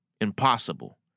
impossible